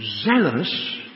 zealous